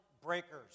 breakers